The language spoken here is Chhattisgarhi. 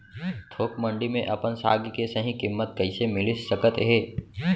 थोक मंडी में अपन साग के सही किम्मत कइसे मिलिस सकत हे?